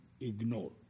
ignore